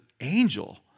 angel